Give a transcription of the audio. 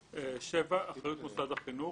"אחריות מוסד חינוך